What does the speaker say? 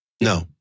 No